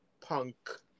punk